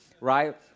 right